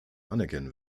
anerkennen